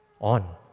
on